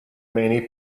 many